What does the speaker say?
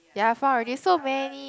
ya found already so many